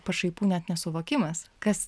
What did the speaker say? pašaipų net nesuvokimas kas